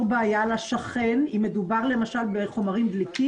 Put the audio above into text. בעיה לשכן אם מדובר למשל בחומרים דליקים